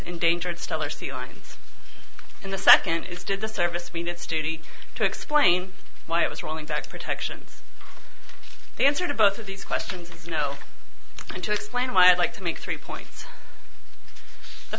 endangered stellar sea on and the second is did the service mean it's judy to explain why it was rolling back protections the answer to both of these questions you know and to explain why i'd like to make three points the